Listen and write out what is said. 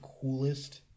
coolest